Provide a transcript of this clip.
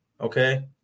okay